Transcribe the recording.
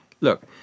look